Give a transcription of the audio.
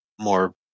more